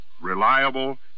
reliable